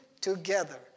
together